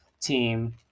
team